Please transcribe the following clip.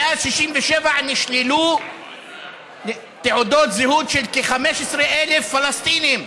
מאז 67' נשללו תעודות זהות של כ-15,000 פלסטינים,